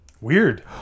Weird